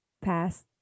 Pass